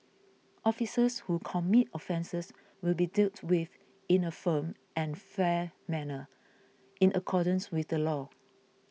officers who commit offences will be dealt with in a firm and fair manner in accordance with the law